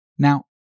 Now